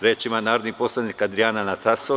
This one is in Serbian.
Reč ima narodni poslanik Adrijana Anastastov.